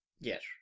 Yes